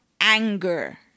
anger